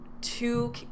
two